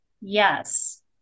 yes